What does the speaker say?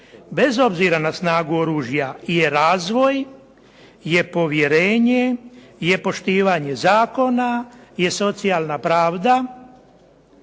bez obzira na snagu oružja i razvoj je povjerenje, je poštivanje zakona, je socijalna pravda